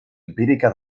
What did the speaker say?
empírica